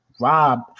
Rob